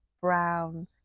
brown